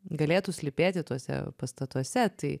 galėtų slypėti tuose pastatuose tai